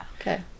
okay